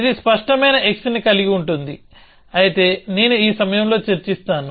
ఇది స్పష్టమైన xని కూడా కలిగి ఉంటుంది అయితే నేను ఈ సమయంలో చర్చిస్తాను